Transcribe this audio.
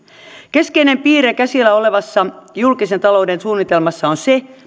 keskeinen piirre käsillä olevassa julkisen talouden suunnitelmassa on se